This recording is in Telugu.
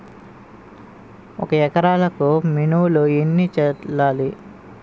ఒక ఎకరాలకు మినువులు ఎన్ని చల్లాలి?